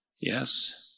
Yes